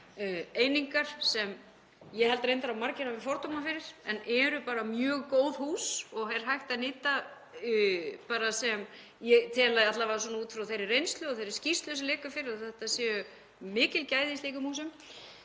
einingar, sem ég held reyndar að margir hafa fordóma fyrir en eru bara mjög góð hús og er hægt að nýta og ég tel alla vega út frá þeirri reynslu og þeirri skýrslu sem liggur fyrir að það séu mikil gæði í slíkum húsum.